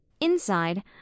Inside